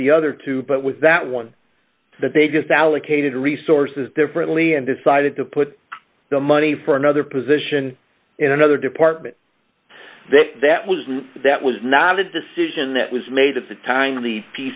the other two but with that one the biggest allocated resources differently and decided to put the money for another position in another department that was not that was not a decision that was made at the time of the p